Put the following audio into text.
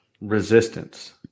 resistance